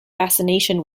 fascination